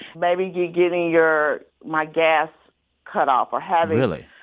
maybe getting your my gas cut off or having. really?